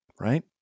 right